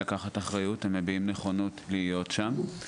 לקחת אחריות והם מביעים נכונות להיות שם,